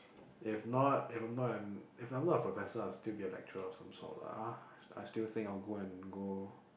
if not if I'm not an if I'm not a professor I'll still be a lecturer of some sort lah I still I still think I'll go and go